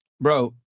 bro